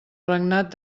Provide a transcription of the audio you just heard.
regnat